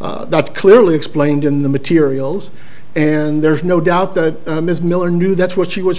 that clearly explained in the materials and there's no doubt that ms miller knew that's what she was